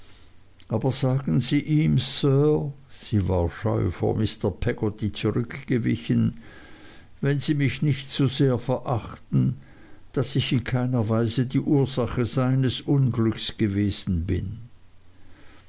aber sagen sie ihm sir sie war scheu vor mr peggotty zurückgewichen wenn sie mich nicht zu sehr verachten daß ich in keiner weise die ursache seines unglücks gewesen bin